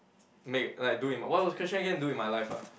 make like do in my what was the question again do in my life ah